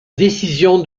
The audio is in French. décision